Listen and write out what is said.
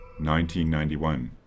1991